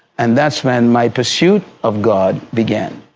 and that's when my pursuit of god began.